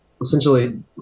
essentially